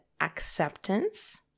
acceptance